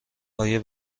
آیا